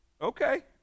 Okay